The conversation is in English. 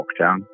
lockdown